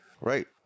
Right